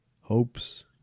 hopes